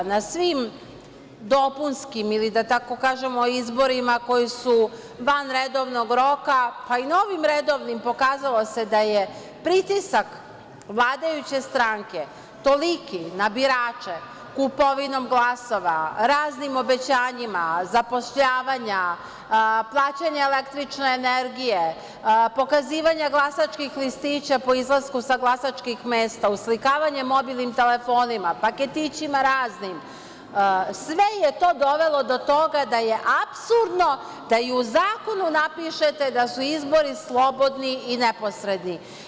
Na svim dopunskim, ili da tako kažemo, izborima koji su van redovnog roka, pa i na ovim redovnim, pokazalo se da je pritisak vladajuće stranke toliki na birače kupovinom glasova, raznim obećanjima, zapošljavanjem, plaćanje električne energije, pokazivanja glasačkih listića po izlasku sa glasačkih mesta, uslikavanje mobilnim telefonima, paketićima raznim, sve je to dovelo do toga da je apsurdno da i u zakonu napišete da su izbori slobodni i neposredni.